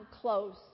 close